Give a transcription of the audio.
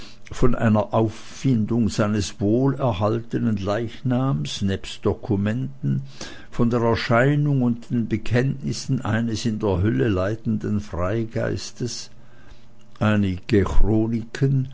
von einer auffindung seines wohlerhaltenen leichnams nebst dokumenten von der erscheinung und den bekenntnissen eines in der hölle leidenden freigeistes einige